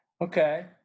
okay